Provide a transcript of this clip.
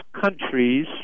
countries